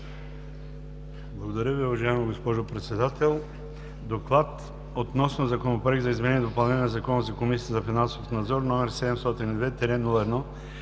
Благодаря Ви, уважаема госпожо Председател. „ДОКЛАД относно Законопроект за изменение и допълнение на Закона за Комисията за финансов надзор, № 702-01-34,